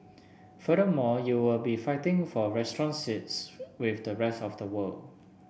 furthermore you will be fighting for restaurant seats with the rest of the world